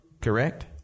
Correct